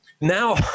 Now